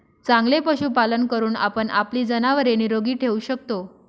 चांगले पशुपालन करून आपण आपली जनावरे निरोगी ठेवू शकतो